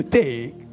take